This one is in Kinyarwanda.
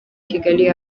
kigali